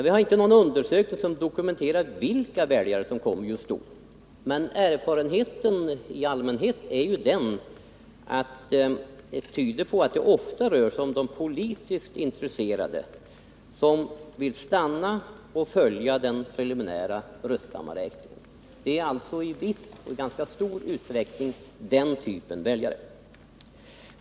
Vi har inte någon undersökning som dokumenterar vilka väljare som kommer just då, men den allmänna erfarenheten pekar på att det ofta rör sig om sådana personer som är politiskt intresserade och som vill stanna kvar i vallokalen och följa den preliminära röstsammanräkningen. Det handlar i ganska stor utsträckning om just den typen av väljare.